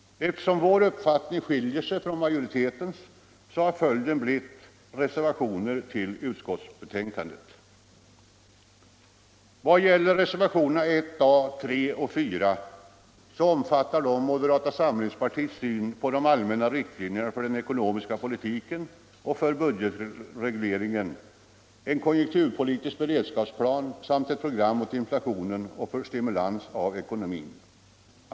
Eftersom vår uppfattning skiljer sig från majoritetens, så har följden blivit reservationer till utskottsbetänkandet. Nr 35 Reservationerna I A, 3 A och 4 omfattar moderata samlingspartiets Onsdagen den syn på de allmänna riktlinjerna för den ekonomiska politiken och för 12 mars 1975 budgetregleringen, en konjunkturpolitisk beredskapsplan samt ett program mot inflationen och för stimulans av ekonomin.